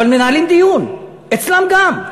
אבל מנהלים דיון אצלם גם.